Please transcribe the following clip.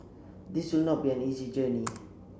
this will not be an easy journey